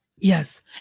Yes